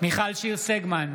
מיכל שיר סגמן,